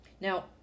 Now